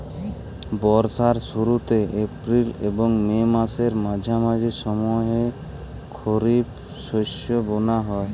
বর্ষার শুরুতে এপ্রিল এবং মে মাসের মাঝামাঝি সময়ে খরিপ শস্য বোনা হয়